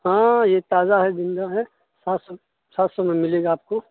ہاں یہ تازہ ہے زندہ ہے سات سو سات سو میں ملے گا آپ کو